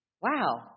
Wow